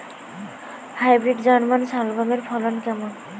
Hybrid German শালগম এর ফলন কেমন?